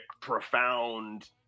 profound